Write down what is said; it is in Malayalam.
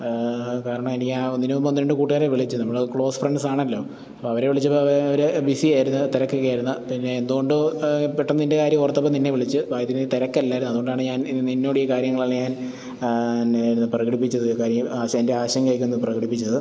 കാരണം എനിക്ക് ആ ഇതിന് മുൻപ് ഒന്ന് രണ്ട് കൂട്ടുകാരെ വിളിച്ച് നമ്മള് ക്ലോസ് ഫ്രണ്ട്സാണല്ലോ അപ്പം അവരെ വിളിച്ചപ്പോൾ അവര് ബിസി ആയിരുന്നു തിരക്കൊക്കെ ആയിരുന്നു പിന്നെ എന്തുകൊണ്ടോ പെട്ടെന്ന് നിന്റെ കാര്യം ഓർത്തപ്പോൾ നിന്നെ വിളിച്ച് കാര്യം നീ തിരക്ക് അല്ലായിരുന്നു അതുകൊണ്ടാണ് ഞാൻ ഇത് നിന്നോട് ഈ കാര്യങ്ങളെല്ലാം ഞാൻ എന്നായിരുന്നു പ്രകടിപ്പിച്ചത് കാര്യം ആശാന്റെ എന്റെ ആശങ്കയായി ഇത് പ്രകടിപ്പിച്ചത്